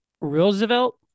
Roosevelt